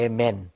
Amen